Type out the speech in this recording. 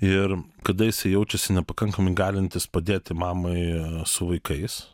ir kada jisai jaučiasi nepakankamai galintis padėti mamai su vaikais